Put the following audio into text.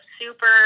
super